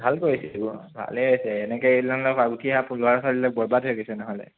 ভাল কৰিছে এইবোৰ ভালে হৈছে এনেকৈ এই ধৰণৰ ল'ৰা ছোৱালীবিলাক বৰবাদ হৈ গৈছে নহ'লে